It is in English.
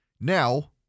Now